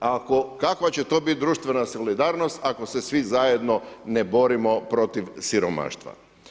Ako, kakva će to biti društvena solidarnost ako se svi zajedno ne borimo protiv siromaštva?